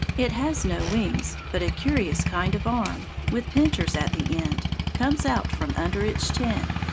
it has no wings, but a curious kind of arm, with pincers at the end, comes out from under its chin.